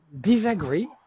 disagree